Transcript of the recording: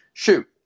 Shoot